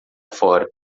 fora